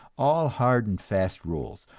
all hard and fast rules,